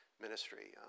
ministry